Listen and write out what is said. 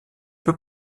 peu